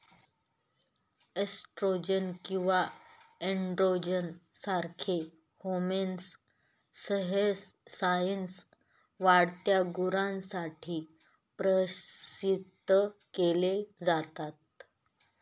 oestrogen किंवा androgen सारखे hormones सहसा वाढत्या गुरांसाठी प्रशासित केले जातात